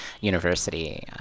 University